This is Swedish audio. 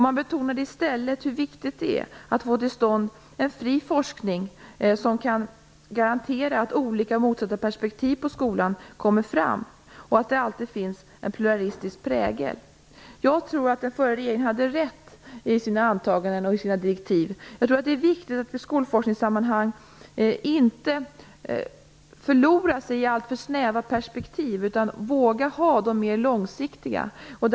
Man betonade i stället hur viktigt det är att få till stånd en fri forskning som kan garantera att olika och motsatta perspektiv på skolan kommer fram och att det alltid finns en pluralistisk prägel. Jag tror att den förra regeringen hade rätt i sina antaganden och sina direktiv. Det är i skolforskningssammanhang viktigt att inte förlora sig i alltför snäva perspektiv utan våga ha de mer långsiktiga perspektiven.